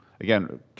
Again